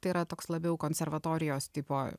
tai yra toks labiau konservatorijos tipo